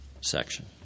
section